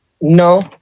No